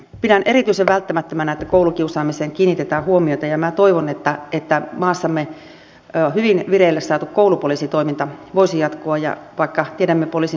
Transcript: pidän erityisen välttämättömänä että koulukiusaamiseen kiinnitetään huomiota ja toivon että maassamme hyvin vireille saatu koulupoliisitoiminta voisi jatkua vaikka tiedämme poliisin niukkenevat resurssit